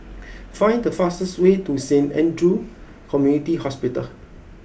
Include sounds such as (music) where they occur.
(noise) find the fastest way to Saint Andrew's Community Hospital